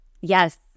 Yes